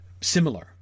similar